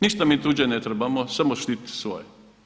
Ništa mi tuđe ne trebamo samo štiti svoje.